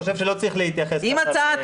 צריך להתייחס כך.